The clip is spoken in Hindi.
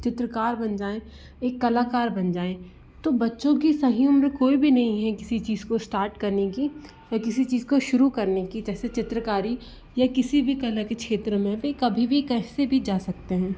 चित्रकार बन जाऍं एक कलाकार बन जाऍं तो बच्चों की सही उम्र कोई भी नहीं है किसी चीज को इस्टार्ट करने की या किसी चीज को शुरू करने की जैसे चित्रकारी या किसी भी कला के क्षेत्र में वे कभी भी कैसे भी जा सकते हैं